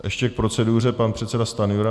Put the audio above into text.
Ještě k proceduře pan předseda Stanjura.